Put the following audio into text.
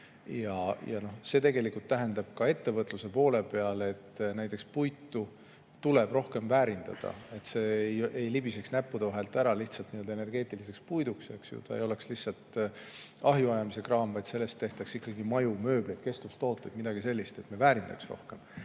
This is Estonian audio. See tähendab ka ettevõtluse poole peal, et näiteks puitu tuleb rohkem väärindada, et see ei libiseks näppude vahelt ära lihtsalt energeetiliseks puiduks, see ei oleks lihtsalt ahjuajamise kraam, vaid sellest tehtaks ikkagi maju, mööblit, kestvustooteid, midagi sellist, et me väärindaks rohkem.